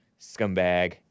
Scumbag